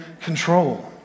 control